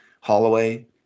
holloway